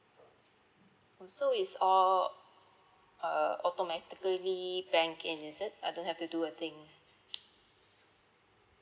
oh so it's all uh automatically banked in is it I don't have to do a thing ah